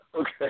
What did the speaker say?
Okay